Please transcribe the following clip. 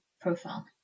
profile